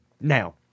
Now